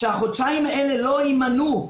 שהחודשיים האלה לא יימנו,